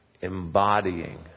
embodying